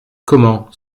comment